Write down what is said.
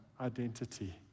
identity